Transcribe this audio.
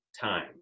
time